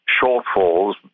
shortfalls